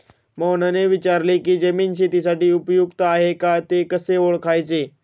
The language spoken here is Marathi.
मोहनने विचारले की जमीन शेतीसाठी उपयुक्त आहे का ते कसे ओळखायचे?